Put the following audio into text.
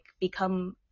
become